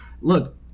look